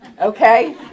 okay